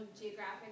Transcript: Geographic